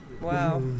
Wow